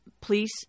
please